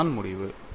அதுதான் முடிவு